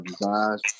designs